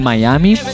Miami